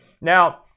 Now